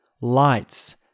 lights